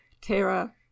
Terra